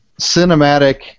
cinematic